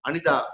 Anita